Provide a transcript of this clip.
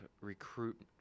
recruit